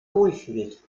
wohlfühlt